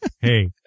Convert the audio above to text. Hey